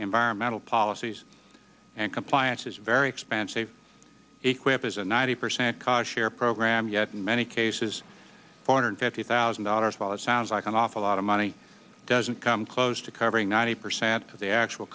environmental policies and compliance is very expensive equip is a ninety percent car share program yet in many cases four hundred fifty thousand dollars dollars sounds like an awful lot of money doesn't come close to covering ninety percent of the actual